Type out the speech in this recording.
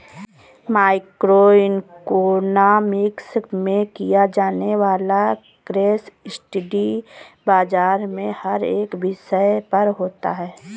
micro economics में किया जाने वाला केस स्टडी बाजार के हर एक विषय पर होता है